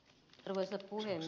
arvoisa puhemies